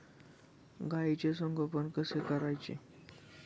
गाईचे संगोपन कसे करायचे?